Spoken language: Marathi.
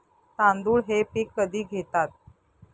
तांदूळ हे पीक कधी घेतात?